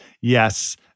yes